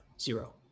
Zero